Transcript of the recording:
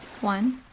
one